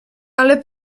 ale